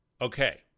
okay